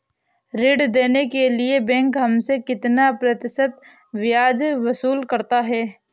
ऋण देने के लिए बैंक हमसे कितना प्रतिशत ब्याज वसूल करता है?